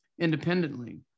Independently